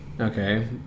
Okay